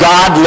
God